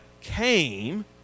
came